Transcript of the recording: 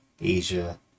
Asia